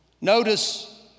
Notice